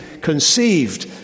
conceived